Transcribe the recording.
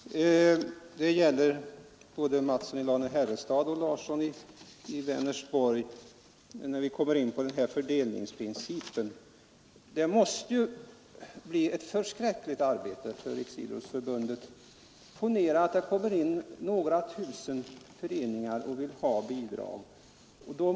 Herr talman! Jag vill bemöta både herr Mattsson i Lane-Herrestad och herr Larsson i Vänersborg när det gäller den här fördelningsprincipen. Den metod ni förordar skulle innebära ett förskräckligt arbete för Riksidrottsförbundet. Ponera att några tusen föreningar ansöker om bidrag.